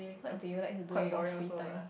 what do you like to do during your free time